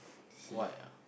why ah